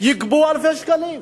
יגבו אלפי שקלים.